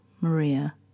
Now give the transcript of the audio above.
Maria